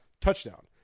touchdown